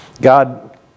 God